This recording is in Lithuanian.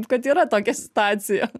kad yra tokia situacija